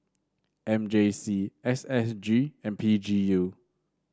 M J C S S G and P G U